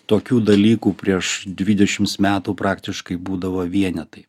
tokių dalykų prieš dvidešims metų praktiškai būdavo vienetai